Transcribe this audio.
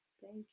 Thank